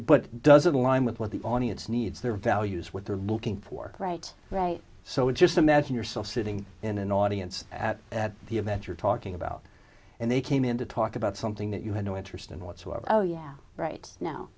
but doesn't align with what the audience needs their values what they're looking for right right so just imagine yourself sitting in an audience at the event you're talking about and they came in to talk about something that you had no interest in whatsoever oh yeah right now